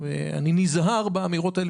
ואני נזהר באמירות האלה,